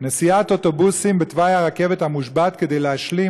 נסיעת אוטובוסים בתוואי הרכבת המושבת כדי להשלים,